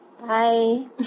Bye